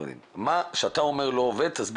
--- תסביר לי את מה שאתה אומר שלא עובד.